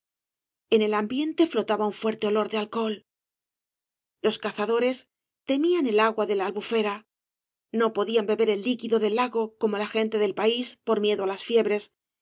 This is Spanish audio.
en el am biente flotaba un fuerte olor de alcohol los cazadores temían el agua de la albufera no podían beber el líquido del lago como la gente del país por miedo á las fiebres